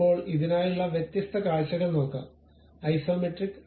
ഇപ്പോൾ ഇതിനായുള്ള വ്യത്യസ്ത കാഴ്ചകൾ നോക്കാം ഐസോമെട്രിക്